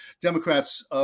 Democrats